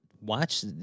watch